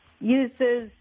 uses